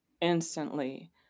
instantly